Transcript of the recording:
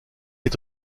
est